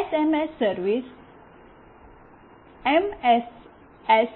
SMS service MMS